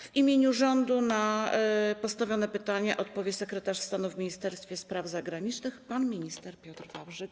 W imieniu rządu na postawione pytania odpowie sekretarz stanu w Ministerstwie Spraw Zagranicznych pan minister Piotr Wawrzyk.